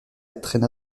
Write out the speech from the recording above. traîna